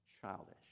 childish